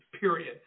period